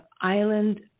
Island